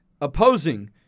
opposing